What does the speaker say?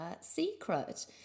secret